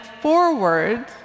forward